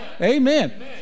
Amen